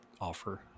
offer